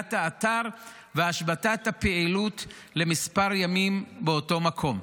סגירת האתר והשבתת הפעילות לכמה ימים באותו מקום.